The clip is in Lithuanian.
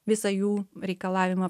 visą jų reikalavimą